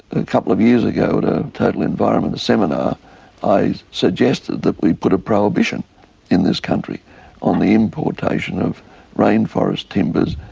a couple of years ago at a total environment centre seminar i suggested that we put a prohibition in this country on the importation of rainforest timbers,